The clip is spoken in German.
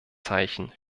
zeichen